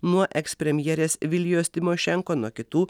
nuo ekspremjerės vilijos tymošenko nuo kitų